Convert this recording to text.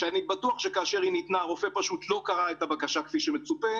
שאני בטוח שכאשר היא ניתנה הרופא פשוט לא קרא את הבקשה כפי שמצופה,